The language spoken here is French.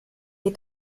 les